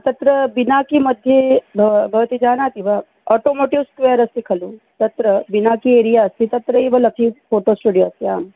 तत्र बिनाकिमध्ये भ भवती जानाति वा अटोमोटिव्स् स्क्वेर् अस्ति खलु तत्र बिनाकि एरिया अस्ति तत्रैव लक्कि फ़ोटो स्टुडियो अस्ति आम्